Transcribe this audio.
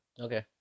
Okay